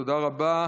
תודה רבה.